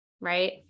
right